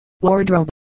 wardrobe